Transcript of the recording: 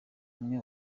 umwe